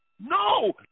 no